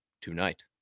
tonight